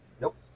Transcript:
Nope